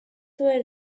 were